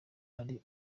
ari